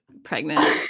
pregnant